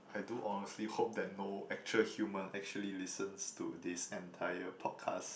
I do honestly hope that no actual human actually listens to this entire podcast